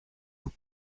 vous